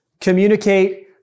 communicate